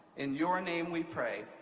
in your name we pray.